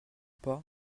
pas